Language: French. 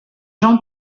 jean